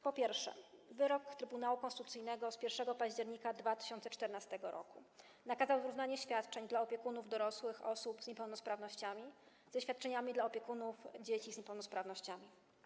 Po pierwsze, wyrok Trybunału Konstytucyjnego z 1 października 2014 r. nakazał zrównanie świadczeń dla opiekunów dorosłych osób z niepełnosprawnościami ze świadczeniami dla opiekunów dzieci z niepełnosprawnościami.